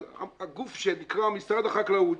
הגוף שנקרא משרד החקלאות,